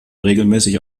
regelmäßig